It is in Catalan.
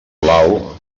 blau